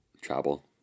travel